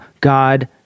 God